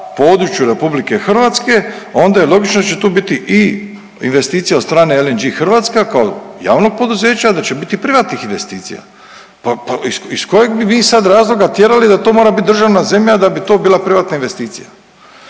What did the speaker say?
području Republike Hrvatske onda je logično da će tu biti i investicija od strane LNG Hrvatska kao javnog poduzeća, da će biti privatnih investicija. Pa iz kojeg bi mi sad razloga tjerali da to mora biti državna zemlja da bi to bila privatna investicija?